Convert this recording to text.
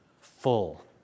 full